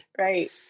right